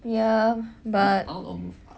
ya but